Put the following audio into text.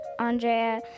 Andrea